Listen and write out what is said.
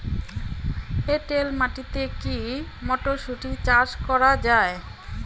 এটেল মাটিতে কী মটরশুটি চাষ করা য়ায়?